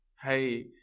hey